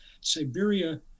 Siberia